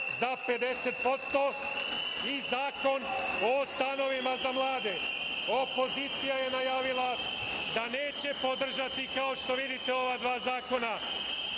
za 50% i zakon o stanovima za mlade. Opozicija je najavila da neće podržati, kao što vidite, ova dva zakona. Šta